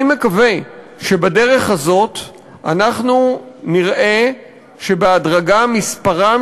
אני מקווה שבדרך הזאת אנחנו נראה שבהדרגה מספרם